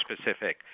specific